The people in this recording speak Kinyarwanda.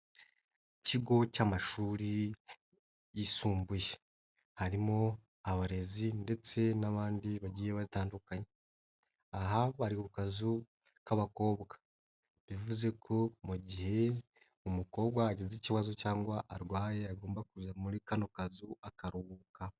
Ikigo cy'amashuri yisumbuye harimo abarezi ndetse n'abandi bagiye batandukanye, aha bari ku kazu k'abakobwa bivuze ko mu gihe umukobwa agize ikibazo cyangwa arwaye agomba kuza muri kano kazu akaruhuka.